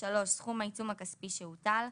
סכום העיצום הכספי שהוטל.